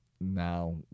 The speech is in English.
now